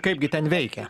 kaipgi ten veikia